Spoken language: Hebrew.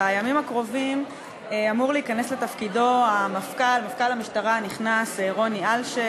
בימים הקרובים אמור להיכנס לתפקידו מפכ"ל המשטרה הנכנס רוני אלשיך.